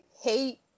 hate